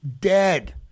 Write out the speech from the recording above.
Dead